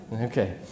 Okay